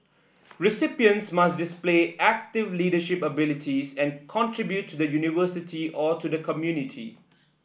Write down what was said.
recipients must display active leadership abilities and contribute to the University or to the community